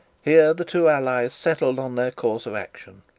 here the two allies settled on their course of action.